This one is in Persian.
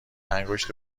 انگشت